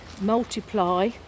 multiply